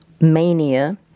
mania